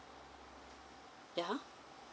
ya